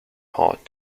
hard